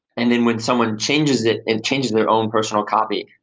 and then when someone changes it and changes their own personal copy,